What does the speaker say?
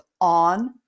on